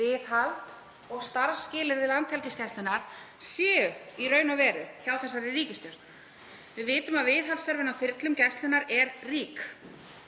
viðhald og starfsskilyrði Landhelgisgæslunnar séu í raun og veru hjá þessari ríkisstjórn. Við vitum að viðhaldsþörfin á þyrlum Gæslunnar er rík,